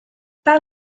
par